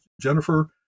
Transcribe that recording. Jennifer